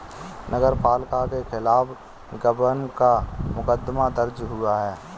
नगर पालिका के खिलाफ गबन का मुकदमा दर्ज हुआ है